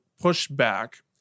pushback